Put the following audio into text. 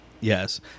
yes